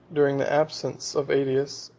during the absence of aetius,